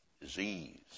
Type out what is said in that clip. disease